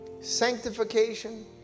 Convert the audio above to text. sanctification